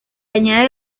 añade